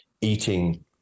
eating